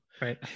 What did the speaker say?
right